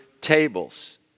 tables